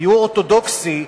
גיור אורתודוקסי,